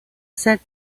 sat